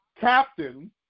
captain